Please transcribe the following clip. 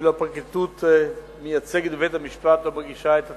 ואילו הפרקליטות מייצגת בבית-המשפט ומגישה את התביעות.